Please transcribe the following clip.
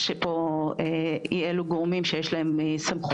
יש פה אי אילו גורמים שיש להם סמכויות.